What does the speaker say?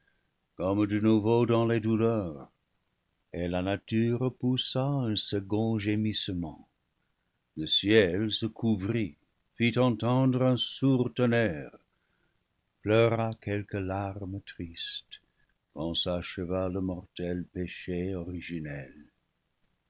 comme de nouveau dans les douleurs et la nature poussa un second gémissement le ciel se couvrit fit entendre un sourd tonnerre pleura quelques larmes tristes quand s'acheva le mortel péché originel